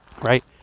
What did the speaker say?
Right